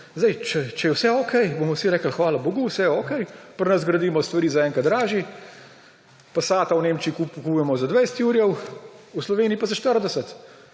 bodo. Če je vse okej, bomo vsi rekli – hvala bogu, vse je okej. Pri nas gradimo stvari za enkrat dražje. Passata v Nemčiji kupujemo za 20 jurjev, v Sloveniji pa za 40,